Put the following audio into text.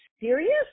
serious